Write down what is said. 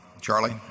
Charlie